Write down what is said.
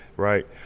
Right